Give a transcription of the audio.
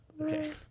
Okay